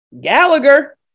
Gallagher